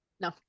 no